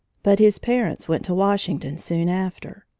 but his parents went to washington soon after.